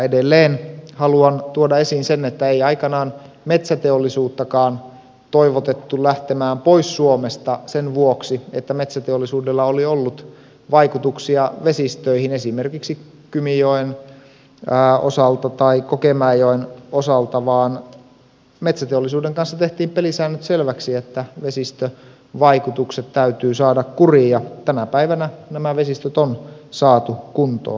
edelleen haluan tuoda esiin sen että ei aikanaan metsäteollisuuttakaan toivotettu lähtemään pois suomesta sen vuoksi että metsäteollisuudella oli ollut vaikutuksia vesistöihin esimerkiksi kymijoen osalta tai kokemäenjoen osalta vaan metsäteollisuuden kanssa tehtiin pelisäännöt selväksi että vesistövaikutukset täytyy saada kuriin ja tänä päivänä nämä vesistöt on saatu kuntoon